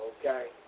Okay